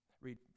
Read